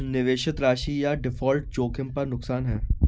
निवेशित राशि या डिफ़ॉल्ट जोखिम पर नुकसान है